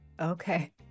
okay